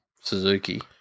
Suzuki